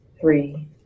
three